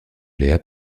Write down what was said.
l’ai